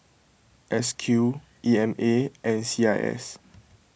S Q E M A and C I S